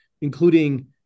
including